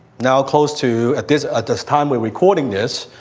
now, close to. at this at this time, we're recording this.